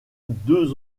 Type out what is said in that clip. deux